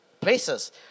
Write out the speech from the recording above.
places